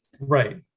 right